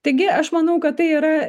taigi aš manau kad tai yra